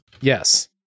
yes